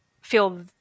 feel